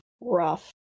Rough